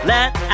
Let